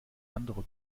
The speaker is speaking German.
anderer